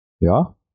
Ja